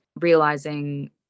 realizing